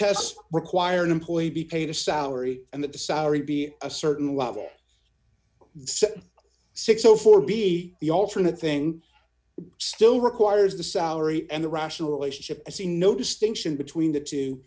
tests require an employee be paid a salary and that the salary be a certain level six hundred and four b the alternate thing still requires the salary and the rational relationship i see no distinction between the two